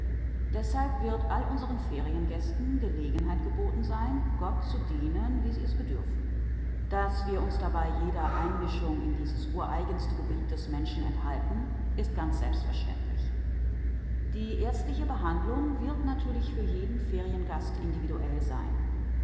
deshalb wird all unseren feriengästen gelegenheit geboten sein gott zu dienen wie sie es bedürfen daß wir uns dabei jeder einmischung in dieses ureigenste gebiet des menschen enthalten ist ganz selbstverständlich die ärztliche behandlung wird natürlich für jeden feriengast individuell sein